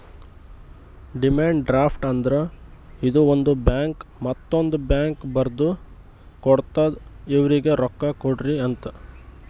demand draft ಅಂದ್ರ ಇದು ಒಂದು ಬ್ಯಾಂಕ್ ಮತ್ತೊಂದ್ ಬ್ಯಾಂಕ್ಗ ಬರ್ದು ಕೊಡ್ತಾದ್ ಇವ್ರಿಗ್ ರೊಕ್ಕಾ ಕೊಡ್ರಿ ಅಂತ್